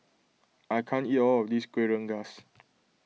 I can't eat all of this Kuih Rengas